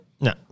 no